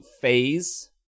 phase